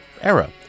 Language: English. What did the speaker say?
era